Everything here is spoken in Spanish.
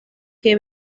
que